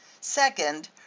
Second